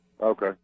Okay